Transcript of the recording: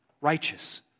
righteous